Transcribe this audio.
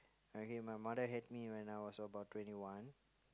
okay my mother had me when I was about twenty one